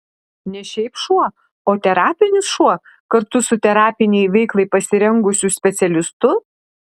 ne šiaip šuo o terapinis šuo kartu su terapinei veiklai pasirengusiu specialistu